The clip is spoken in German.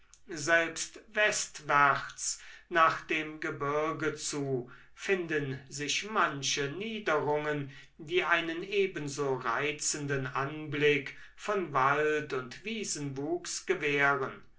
selbst westwärts nach dem gebirge zu finden sich manche niederungen die einen ebenso reizenden anblick von wald und wiesenwuchs gewähren